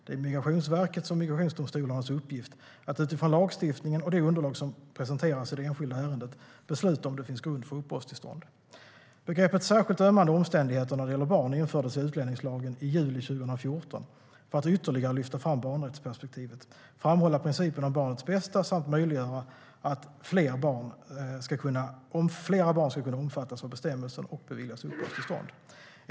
Det är Migrationsverkets och migrationsdomstolarnas uppgift att utifrån lagstiftningen och det underlag som presenteras i det enskilda ärendet besluta om det finns grund för uppehållstillstånd. Begreppet särskilt ömmande omständigheter när det gäller barn infördes i utlänningslagen i juli 2014 för att ytterligare lyfta fram barnrättsperspektivet, framhålla principen om barnets bästa samt möjliggöra att fler barn ska kunna omfattas av bestämmelsen och beviljas uppehållstillstånd.